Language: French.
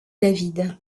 david